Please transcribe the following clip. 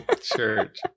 church